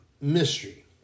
mystery